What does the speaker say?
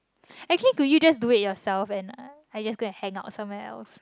actually could you just do it yourself and I just go and hangout somewhere else